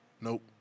Nope